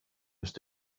ist